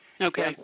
Okay